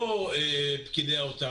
לא פקידי האוצר,